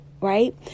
right